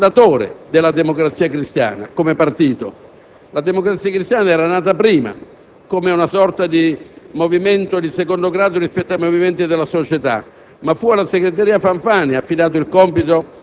Noi lo ricordiamo come il fondatore della Democrazia Cristiana come partito. Essa era nata prima, come una sorta di movimento di secondo grado rispetto ai movimenti della società.